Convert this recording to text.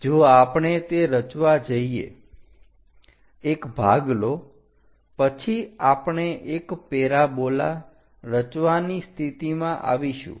જો આપણે તે રચવા જઈએ એક ભાગ લો પછી આપણે એક પેરાબોલા રચવાની સ્થિતિમાં આવીશું